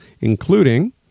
including